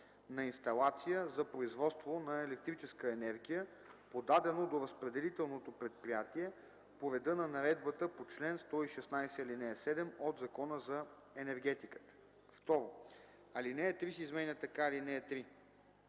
на инсталация за производство на електрическа енергия, подадено до разпределителното предприятие по реда на Наредбата по чл. 116, ал. 7 от Закона за енергетиката.” 2. Алинея 3 се изменя така: „(3)